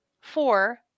Four